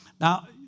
Now